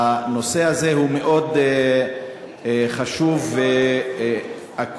הנושא הזה הוא מאוד חשוב ואקוטי,